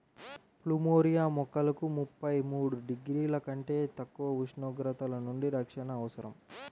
plumeria మొక్కలకు ముప్పై మూడు డిగ్రీల కంటే తక్కువ ఉష్ణోగ్రతల నుండి రక్షణ అవసరం